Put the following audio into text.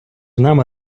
нами